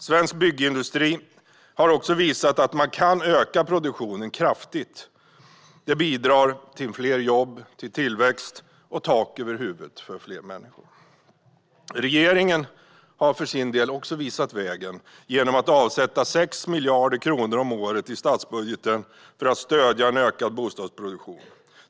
Svensk byggindustri har visat att man kan öka produktionen kraftigt. Detta bidrar till fler jobb, tillväxt och tak över huvudet för fler människor. Regeringen för sin del har visat vägen genom att avsätta 6 miljarder kronor om året i statsbudgeten för att stödja en ökad bostadsproduktion.